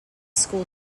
school